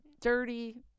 dirty